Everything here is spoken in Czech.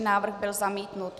Návrh byl zamítnut.